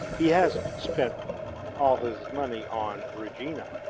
he hasn't spent all his money on regina.